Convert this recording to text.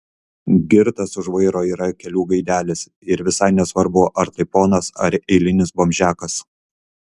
girtas už vairo yra kelių gaidelis ir visai nesvarbu ar tai ponas ar eilinis bomžiakas